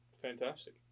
Fantastic